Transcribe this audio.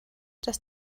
dass